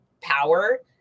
power